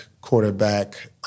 quarterback